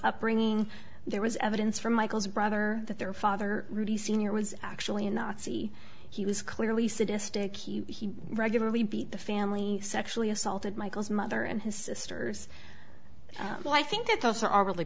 upbringing there was evidence from michael's brother that their father rudi senior was actually a nazi he was clearly sadistic he regularly beat the family sexually assaulted michael's mother and his sisters but i think that those are all really